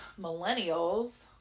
millennials